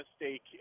mistake